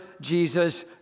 Jesus